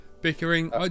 Bickering